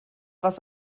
was